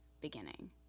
beginning